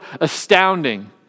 astounding